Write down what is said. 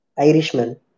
Irishman